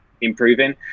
improving